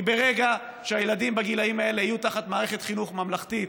כי ברגע שהילדים בגילים האלה יהיו תחת מערכת חינוך ממלכתית,